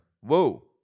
Whoa